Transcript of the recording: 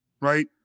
right